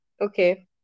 Okay